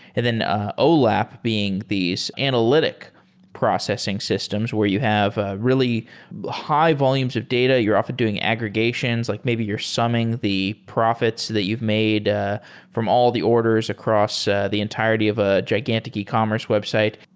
and then ah olap being these analytic processing systems where you have ah really high volumes of data. you're off doing aggregations, like maybe you're summing the profits that you've made ah from all the orders across ah the entirety of a gigantic ecommerce website.